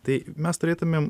tai mes turėtumėm